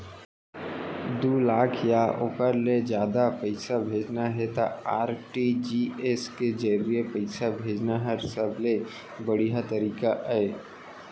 दू लाख या ओकर ले जादा पइसा भेजना हे त आर.टी.जी.एस के जरिए पइसा भेजना हर सबले बड़िहा तरीका अय